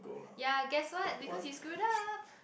ya guess what because you screw up